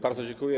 Bardzo dziękuję.